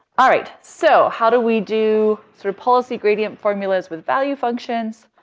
all right. so how do we do sort of policy gradient formulas with value functions?